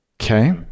Okay